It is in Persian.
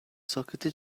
ساکته